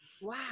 Wow